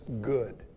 good